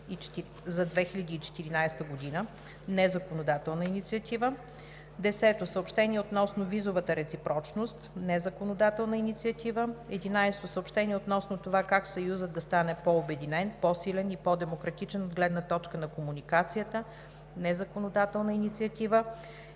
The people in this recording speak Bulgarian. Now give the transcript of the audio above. за 2014 г. (незаконодателна инициатива). 10. Съобщение относно визовата реципрочност (незаконодателна инициатива). 11. Съобщение относно това как Съюзът да стане по-обединен, по-силен и по-демократичен от гледна точка на комуникацията (незаконодателна инициатива).